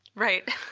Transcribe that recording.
right.